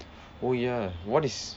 oh ya what is